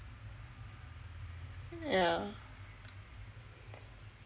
yah